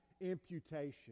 imputation